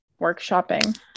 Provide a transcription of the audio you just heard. workshopping